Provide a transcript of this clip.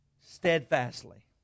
Steadfastly